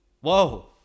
Whoa